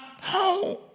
home